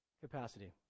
capacity